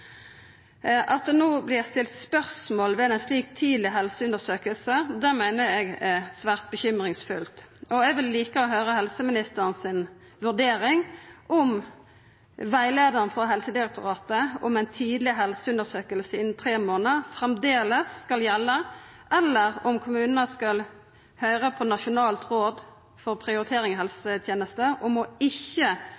At det no vert stilt spørsmål ved ei slik tidleg helseundersøking, meiner eg gir stor grunn til bekymring, og eg vil lika å høyra vurderinga til helseministeren om rettleiaren frå Helsedirektoratet, om ei tidleg helseundersøking innan tre månader, framleis skal gjelda, eller om kommunane skal høyra på Nasjonalt råd for kvalitet og prioritering